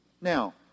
Now